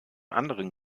anderen